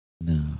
No